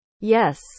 yes